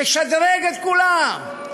תשדרג את כולם.